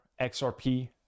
XRP